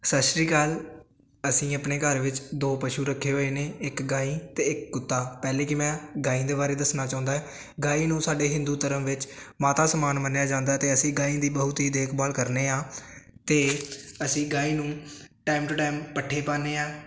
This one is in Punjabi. ਸਤਿ ਸ਼੍ਰੀ ਅਕਾਲ ਅਸੀਂ ਆਪਣੇ ਘਰ ਵਿੱਚ ਦੋ ਪਸ਼ੂ ਰੱਖੇ ਹੋਏ ਨੇ ਇੱਕ ਗਾਂ ਅਤੇ ਇੱਕ ਕੁੱਤਾ ਪਹਿਲੇ ਕਿ ਮੈਂ ਗਾਂ ਦੇ ਬਾਰੇ ਦੱਸਣਾ ਚਾਹੁੰਦਾ ਹੈ ਗਾਂ ਨੂੰ ਸਾਡੇ ਹਿੰਦੂ ਧਰਮ ਵਿੱਚ ਮਾਤਾ ਸਮਾਨ ਮੰਨਿਆ ਜਾਂਦਾ ਅਤੇ ਅਸੀਂ ਗਾਂ ਦੀ ਬਹੁਤ ਹੀ ਦੇਖਭਾਲ ਕਰਦੇ ਹਾਂ ਅਤੇ ਅਸੀਂ ਗਾਂ ਨੂੰ ਟਾਈਮ ਟੂ ਟਾਈਮ ਪੱਠੇ ਪਾਉਂਦੇ ਹਾਂ